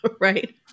right